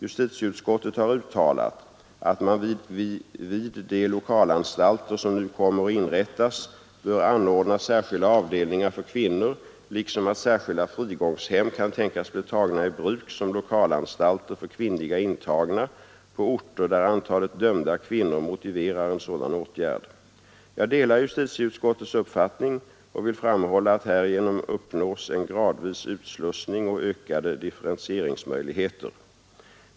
Justitieutskottet har uttalat att man vid de lokalanstalter som nu kommer att inrättas bör anordna särskilda avdelningar för kvinnor liksom att särskilda frigångshem kan tänkas bli tagna i bruk som lokalanstalter för kvinnliga intagna på orter där antalet dömda kvinnor motiverar en sådan åtgärd. Jag delar justitieutskottets uppfattning och vill framhålla att härigenom uppnås en gradvis utslussning och ökade differentieringsmöjligheter.